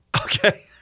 Okay